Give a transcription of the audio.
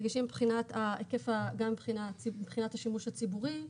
רגישים מבחינת השימוש הציבורי,